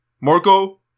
Marco